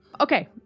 Okay